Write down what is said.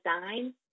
design